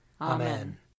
Amen